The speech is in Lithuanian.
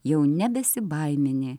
jau nebesibaimini